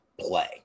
play